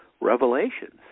revelations